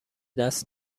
دست